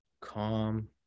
calm